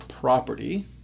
property